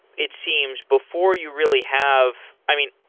it seems, before you really have i mean,